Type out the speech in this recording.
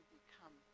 become